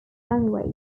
language